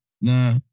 Nah